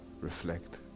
Reflect